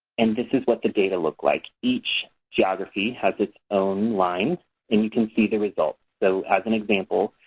and this is what the data look like. each geography has its own line and you could see the results. so as an example,